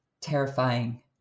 terrifying